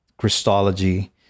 christology